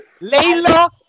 Layla